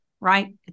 right